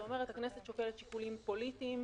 שאומרת: הכנסת שוקלת שיקולים פוליטיים,